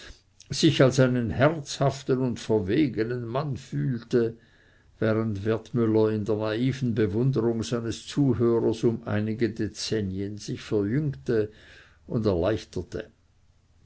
sich als einen herzhaften und verwegenen mann fühlte während wertmüller in der naiven bewunderung seines zuhörers um einige dezennien sich verjüngte und erleichterte